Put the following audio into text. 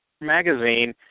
Magazine